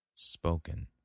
spoken